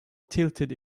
tilted